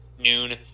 noon